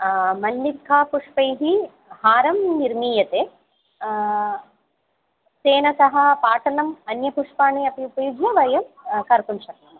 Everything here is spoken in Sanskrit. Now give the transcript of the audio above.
मल्लिकापुष्पैः हारं निर्मीयते तेन सह पाटलम् अन्यपुष्पाणि अपि उपयुज्य वयं कर्तुं शक्नुमः